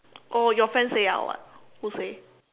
oh your friend say ah or what who say